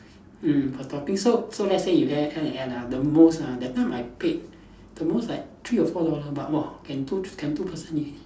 mm per topping so so let's say you add add add and add ah the most ah that time I paid the most like three or four dollar but !wah! can two can two person eat